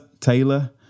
Taylor